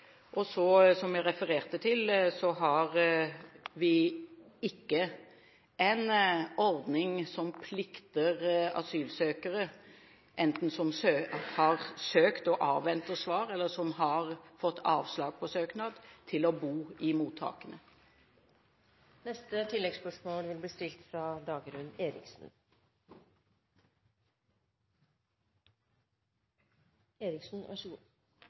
Som jeg refererte til, har vi ikke en ordning som plikter asylsøkere – enten de som har søkt og avventer svar, eller de som har fått avslag på søknad – å bo i